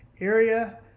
area